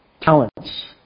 talents